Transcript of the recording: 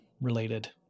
related